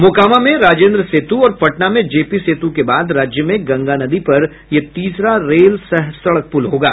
मोकामा में राजेन्द्र सेतु और पटना में जेपी सेतु के बाद राज्य में गंगा नदी पर यह तीसरा रेल सह सड़क पुल होगा